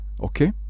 Okay